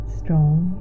strong